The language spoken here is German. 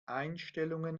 einstellungen